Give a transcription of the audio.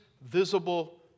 visible